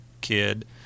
kid